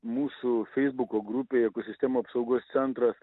mūsų feisbuko grupėje ekosistemų apsaugos centras